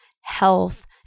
health